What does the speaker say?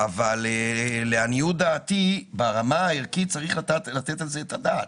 אבל לעניות דעתי ברמה הערכית צריך לתת על זה את הדעת,